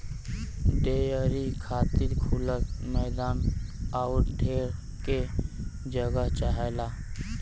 dairy खातिर खुलल मैदान आउर ढेर के जगह चाहला